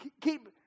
Keep